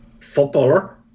footballer